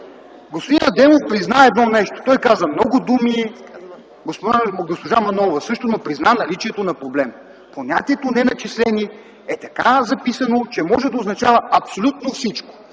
Господин Адемов призна едно нещо. Той каза много думи, госпожа Манолова – също, но призна наличието на проблем. Понятието „неначислени” така е записано, че може да означава абсолютно всичко.